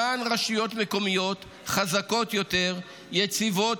למען רשויות מקומיות חזקות יותר ויציבות